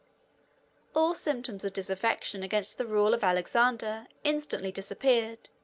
all symptoms of disaffection against the rule of alexander instantly disappeared,